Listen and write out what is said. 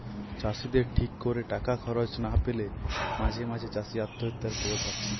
চাষিদের ঠিক কোরে টাকা খরচ না পেলে মাঝে মাঝে চাষি আত্মহত্যার খবর পাচ্ছি